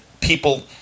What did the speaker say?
people